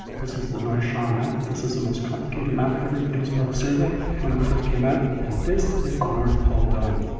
this is the north shaw map, this is the most complicated map ever produced by the survey when it first came out, and this is the north pole dome.